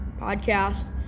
podcast